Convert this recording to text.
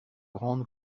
grande